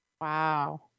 Wow